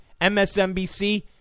MSNBC